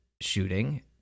shooting